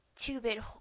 two-bit